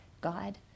God